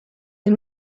des